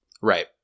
Right